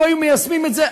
לו היו מיישמים את זה,